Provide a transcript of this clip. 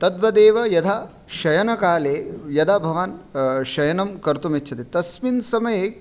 तद्वदेव यदा शयनकाले यदा भवान् शयनं कर्तुमिच्छति तस्मिन् समये